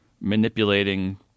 Manipulating